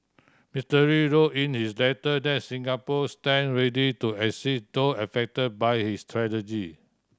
Mister Lee wrote in his letter that Singapore stand ready to assist those affect by his tragedy